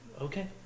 Okay